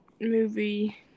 movie